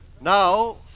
Now